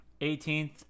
18th